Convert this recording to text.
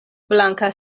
blanka